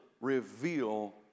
reveal